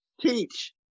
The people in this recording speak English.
Teach